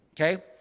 Okay